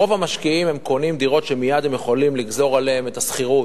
רוב המשקיעים קונים דירות שמייד הם יכולים לגזור מהן את השכירות.